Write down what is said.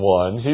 one